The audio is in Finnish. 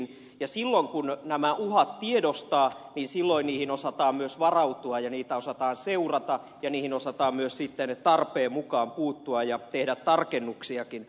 silloin kun nämä uhat tiedostaa niihin osataan myös varautua ja niitä osataan seurata ja niihin osataan myös sitten tarpeen mukaan puuttua ja tehdä tarkennuksiakin